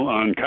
on